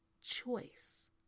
choice